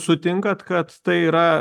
sutinkat kad tai yra